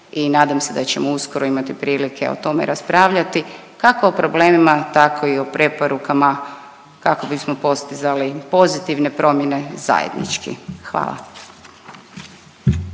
i nadam se da ćemo uskoro imati prilike o tome raspravljati kako o problemima tako i o preporukama kako bismo postizali pozitivne promjene zajednički. Hvala.